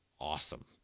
awesome